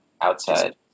outside